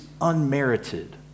unmerited